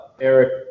Eric